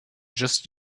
just